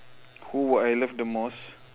who would I love the most